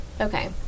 Okay